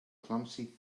clumsy